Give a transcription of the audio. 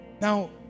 Now